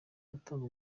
gutanga